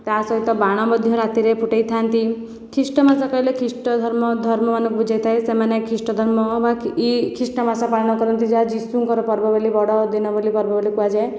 ତା'ସହିତ ବାଣ ମଧ୍ୟ ରାତିରେ ଫୁଟାଇଥାନ୍ତି ଖ୍ରୀଷ୍ଟମାସ କହିଲେ ଖ୍ରୀଷ୍ଟ ଧର୍ମ ଧର୍ମମାନଙ୍କୁ ବୁଝାଇ ଥାଏ ଖ୍ରୀଷ୍ଟ ଧର୍ମ ବା ଖ୍ରୀଷ୍ଟମାସ ପାଳନ କରନ୍ତି ଯାହା ଯୀଶୁଙ୍କର ପର୍ବ ବଡ଼ଦିନ ବୋଲି ପର୍ବ ବୋଲି କୁହାଯାଏ